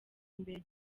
imbere